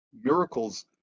miracles